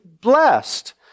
blessed